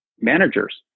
managers